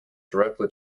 directly